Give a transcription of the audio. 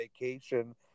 vacation